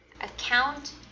Account